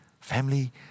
family